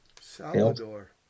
Salvador